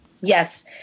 Yes